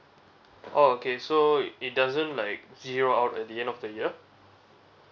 oh okay so it doesn't like zero out at the end of the year